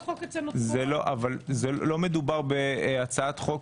מדובר בהצעת חוק